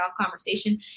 conversation